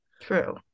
True